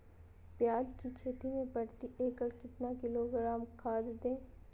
प्याज की खेती में प्रति एकड़ कितना किलोग्राम खाद दे?